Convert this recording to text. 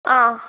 ആ